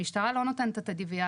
המשטרה לא נותנת את ה-DVR,